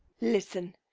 listen!